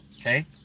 Okay